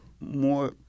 more